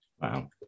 Wow